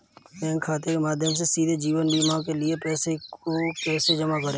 Bank खाते के माध्यम से सीधे जीवन बीमा के लिए पैसे को कैसे जमा करें?